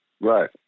Right